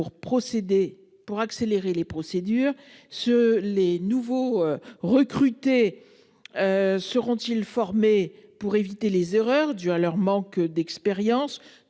pour accélérer les procédures se les nouveaux recrutés. Seront-ils formés pour éviter les erreurs dues à leur manque d'expérience,